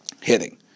hitting